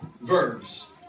verbs